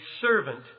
servant